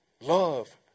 Love